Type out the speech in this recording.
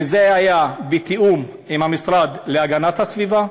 זה היה בתיאום עם המשרד להגנת הסביבה.